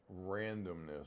randomness